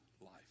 life